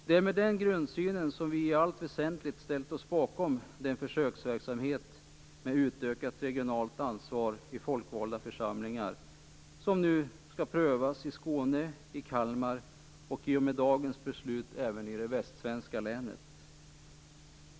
Det är med denna grundsyn som vi i allt väsentligt ställt oss bakom den försöksverksamhet med utökat regionalt ansvar i folkvalda församlingar som nu skall prövas i Skåne, i Kalmar och, i och med dagens beslut, även i det västsvenska länet.